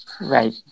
right